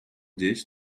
dish